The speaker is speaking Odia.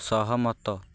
ସହମତ